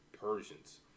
Persians